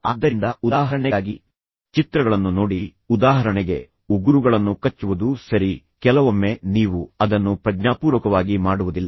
ಆದ್ದರಿಂದ ಉದಾಹರಣೆಗಾಗಿ ಚಿತ್ರಗಳನ್ನು ನೋಡಿ ಉದಾಹರಣೆಗೆ ಉಗುರುಗಳನ್ನು ಕಚ್ಚುವುದು ಸರಿ ಕೆಲವೊಮ್ಮೆ ನೀವು ಅದನ್ನು ಪ್ರಜ್ಞಾಪೂರ್ವಕವಾಗಿ ಮಾಡುವುದಿಲ್ಲ